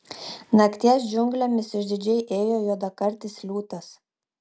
nakties džiunglėmis išdidžiai ėjo juodakartis liūtas